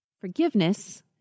Forgiveness